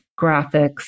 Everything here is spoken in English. graphics